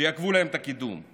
שיעכבו להם את הקידום.